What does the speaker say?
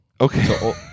Okay